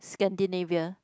Scandinavia